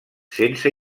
sense